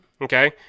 okay